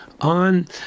on